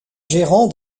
gérant